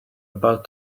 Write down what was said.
about